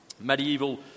Medieval